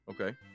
Okay